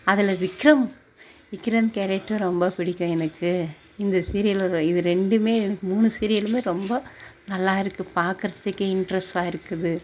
அதில் விக்ரம் விக்ரம் கேரக்ட்ரும் ரொம்ப பிடிக்கும் எனக்கு இந்த சீரியலில் இது ரெண்டுமே எனக்கு மூணு சிரியலுமே ரொம்ப நல்லாயிருக்கு பார்க்கறதுக்கே இன்ட்ரஸ்சாக இருக்குது